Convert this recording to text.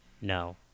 No